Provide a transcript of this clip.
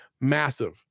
massive